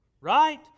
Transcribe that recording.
Right